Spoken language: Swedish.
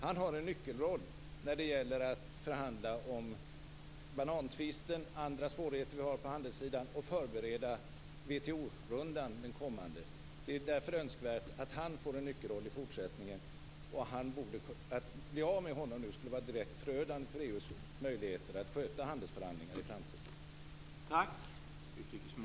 Han har en nyckelroll när det gäller att förhandla om banantvisten och andra svårigheter som vi har på handelssidan men också att förbereda den kommande WTO-rundan. Det är därför önskvärt att han får en nyckelroll i fortsättningen. Att bli av med honom nu skulle vara direkt förödande för EU:s möjligheter att sköta handelsförhandlingar i framtiden.